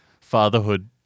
fatherhood